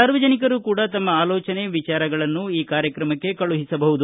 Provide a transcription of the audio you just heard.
ಸಾರ್ವಜನಿಕರೂ ಕೂಡ ತಮ್ಮ ಆಲೋಚನೆ ವಿಚಾರಗಳನ್ನು ಈ ಕಾರ್ಯಕ್ರಮಕ್ಷೆ ಕಳುಹಿಸಬಹುದು